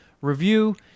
review